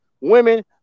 Women